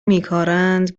میکارند